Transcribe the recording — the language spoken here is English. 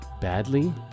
badly